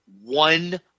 one